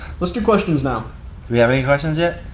let's do questions now. do we have any questions yet?